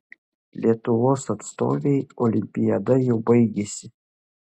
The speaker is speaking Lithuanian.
lietuvos atstovei olimpiada jau baigėsi